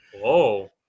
Whoa